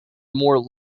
more